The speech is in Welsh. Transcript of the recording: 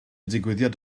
digwyddiad